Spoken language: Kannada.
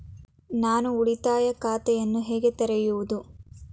ನಾನು ಉಳಿತಾಯ ಖಾತೆಯನ್ನು ಹೇಗೆ ತೆರೆಯುವುದು?